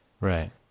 Right